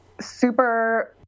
super